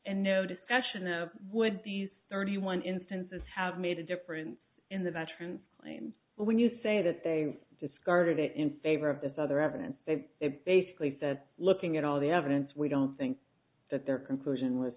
and no discussion of would these thirty one instances have made a difference in the veterans claims but when you say that they discarded it in favor of this other evidence they basically said looking at all the evidence we don't think that their conclusion with